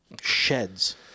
sheds